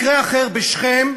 מקרה אחר בשכם,